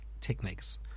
techniques